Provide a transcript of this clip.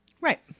Right